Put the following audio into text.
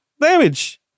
damage